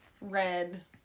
red